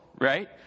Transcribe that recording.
right